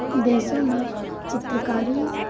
देशों में चित्रकारी